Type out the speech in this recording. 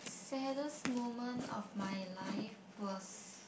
saddest moment of my life was